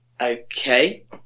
okay